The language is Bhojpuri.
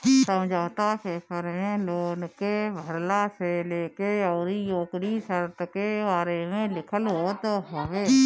समझौता पेपर में लोन के भरला से लेके अउरी ओकरी शर्त के बारे में लिखल होत हवे